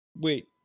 Wait